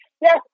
yes